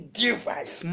device